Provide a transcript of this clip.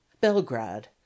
Belgrade